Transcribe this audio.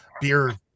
Beer